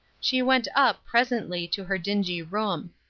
she went up, presently, to her dingy room.